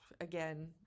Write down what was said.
again